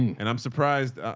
and i'm surprised.